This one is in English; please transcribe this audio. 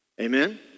Amen